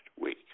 week